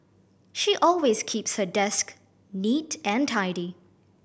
she always keeps her desk neat and tidy